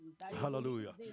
hallelujah